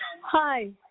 Hi